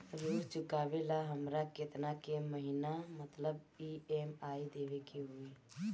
ऋण चुकावेला हमरा केतना के महीना मतलब ई.एम.आई देवे के होई?